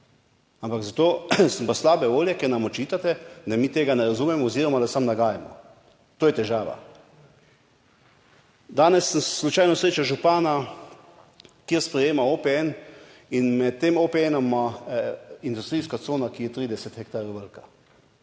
Ampak zato sem pa slabe volje, ker nam očitate, da mi tega ne razumemo oziroma da samo nagajamo. To je težava. Danes sem slučajno srečal župana, ki sprejema OPN in med tem OPN ima industrijska cona, ki je 30 hektarjev velika.